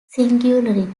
singularity